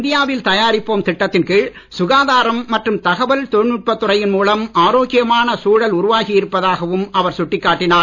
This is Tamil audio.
இந்தியாவில் தயாரிப்போம் திட்டத்தின் கீழ் சுகாதாரம் மற்றும் தகவல் தொழில் நுட்பத் துறையின் மூலம் ஆரோக்கியமான சூழல் உருவாகி இருப்பதாகவும் அவர் சுட்டிக் காட்டினார்